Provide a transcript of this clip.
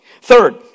third